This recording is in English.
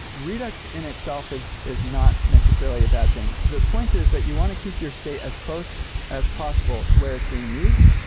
redux in itself is is not necessarily a bad thing. the point is that you want to keep your state as close as possible to where it's being used,